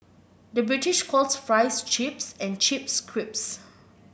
the British calls fries chips and chips crisps